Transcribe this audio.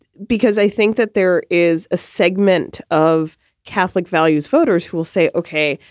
because i think that there is a segment of catholic values voters who will say, ok,